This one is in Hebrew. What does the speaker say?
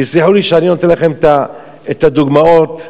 תסלחו לי שאני נותן לכם את הדוגמאות מעצמי,